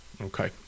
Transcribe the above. okay